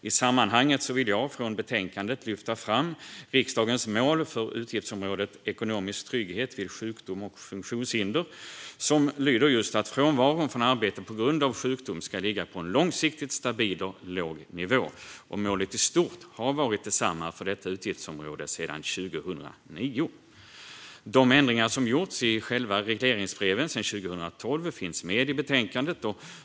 I sammanhanget vill jag från betänkandet lyfta fram riksdagens mål för utgiftsområdet Ekonomisk trygghet vid sjukdom och funktionshinder, som lyder just att frånvaron från arbete på grund av sjukdom ska ligga på en långsiktigt stabil och låg nivå. Målet i stort har varit detsamma för detta utgiftsområde sedan 2009. De ändringar som gjorts i själva regleringsbreven sedan 2012 finns med i betänkandet.